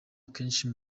akenshi